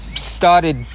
started